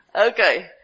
Okay